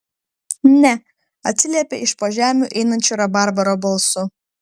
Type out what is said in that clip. ne atsiliepė iš po žemių einančiu rabarbaro balsu